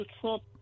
Trump